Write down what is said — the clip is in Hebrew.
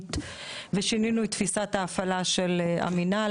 ארגונית ושינינו את פיסת ההפעלה של המנהל